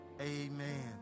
Amen